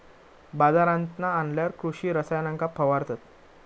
बाजारांतना आणल्यार कृषि रसायनांका फवारतत